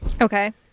Okay